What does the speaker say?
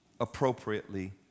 appropriately